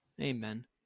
Amen